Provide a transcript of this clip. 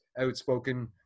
outspoken